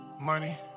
Money